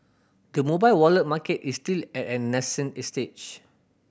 the mobile wallet market is still at a nascent stage